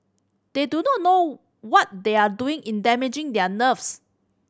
they do not know what they are doing in damaging their nerves